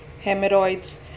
hemorrhoids